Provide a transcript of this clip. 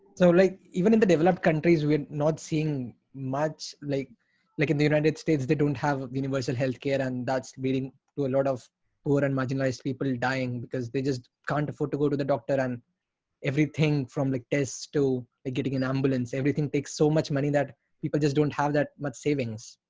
so like, even in the developed countries, we are not seeing much, like like in the united states they don't have universal healthcare, and that's leading to a lot of poor and marginalised people dying because they just can't afford to go to the doctor and everything from like tests to getting an ambulance, everything takes so much money that people just don't have that much savings.